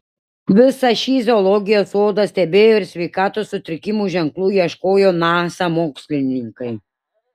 visą šį zoologijos sodą stebėjo ir sveikatos sutrikimų ženklų ieškojo nasa mokslininkai